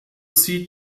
sie